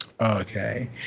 Okay